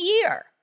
year